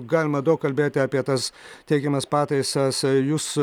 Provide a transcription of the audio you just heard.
galima daug kalbėti apie tas teikiamas pataisas jūs